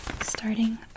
starting